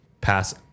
pass